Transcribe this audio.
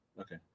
Okay